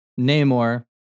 Namor